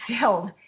filled